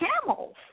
camels